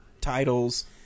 titles